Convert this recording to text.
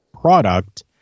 product